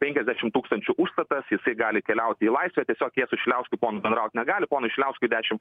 penkiasdešim tūkstančių užstatas jisai gali keliauti į laisvę tiesiog jie su šiliausku ponu bendraut negali ponui šiliauskui dešim